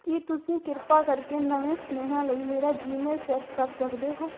ਕੀ ਤੁਸੀਂ ਕਿਰਪਾ ਕਰਕੇ ਨਵੇਂ ਸੁਨੇਹਿਆਂ ਲਈ ਮੇਰਾ ਜੀਮੇਲ ਚੈੱਕ ਕਰ ਸਕਦੇ ਹੋ